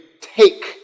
take